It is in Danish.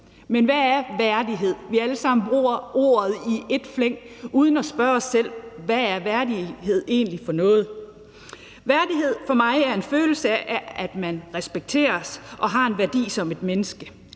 Men hvad er værdighed? Vi bruger alle sammen ordet i flæng uden at spørge os selv, hvad værdighed egentlig er for noget. Værdighed er for mig en følelse af, at man respekteres og har en værdi som menneske.